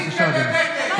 אין בעיות, אני את שלי אמרתי.